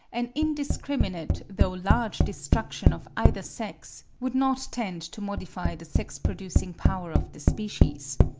an indiscriminate though large destruction of either sex would not tend to modify the sex-producing power of the species.